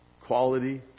Quality